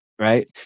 Right